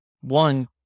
one